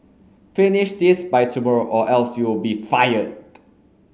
finish this by tomorrow or else you'll be fired